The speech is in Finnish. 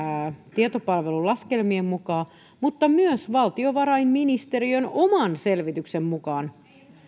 tietopalvelun laskelmien mukaan mutta myös valtiovarainministeriön oman selvityksen mukaan